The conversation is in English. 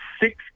six